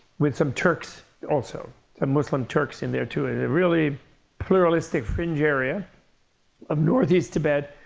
with some turks also, some muslim turks in there too, a really pluralistic fringe area of northeast tibet,